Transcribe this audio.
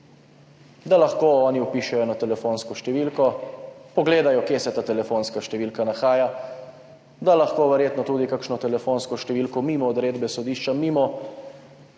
da lahko oni vpišejo telefonsko številko, pogledajo, kje se ta telefonska številka nahaja, da lahko verjetno tudi kakšno telefonsko številko mimo odredbe sodišča, mimo